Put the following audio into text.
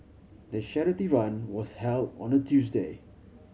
the charity run was held on a Tuesday